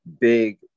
big